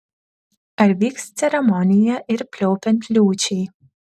ar vyks ceremonija ir pliaupiant liūčiai